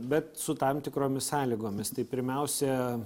bet su tam tikromis sąlygomis tai pirmiausia